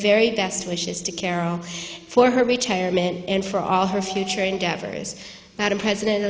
very best wishes to carol for her retirement and for all her future endeavors madam president